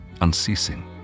unceasing